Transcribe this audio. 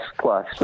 plus